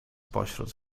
pośród